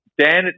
Dan